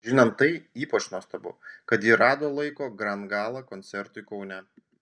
žinant tai ypač nuostabu kad ji rado laiko grand gala koncertui kaune